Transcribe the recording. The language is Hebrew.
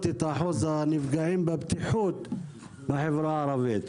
את אחוז הנפגעים בבטיחות בחברה הערבית.